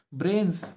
brains